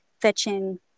fetching